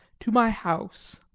to my house.